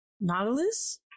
Nautilus